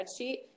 spreadsheet